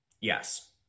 Yes